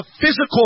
physical